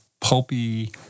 pulpy